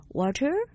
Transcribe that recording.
water